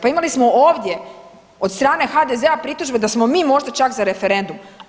Pa imali smo ovdje od strane HDZ-a pritužbe da smo mi možda čak za referendum.